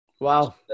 wow